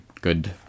good